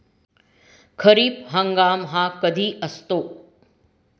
खरीप हंगाम हा कधी असतो?